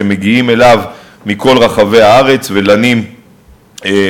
שמגיעים אליו מכל רחבי הארץ ולנים במחוז,